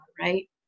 right